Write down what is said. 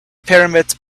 pyramids